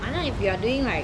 I know if you're doing like